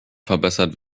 verbessert